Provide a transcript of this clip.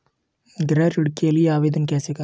गृह ऋण के लिए आवेदन कैसे करें?